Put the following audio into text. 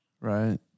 Right